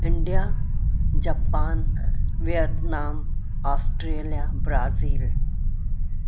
India Japan Vietnam Australia Brazil